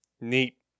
Neat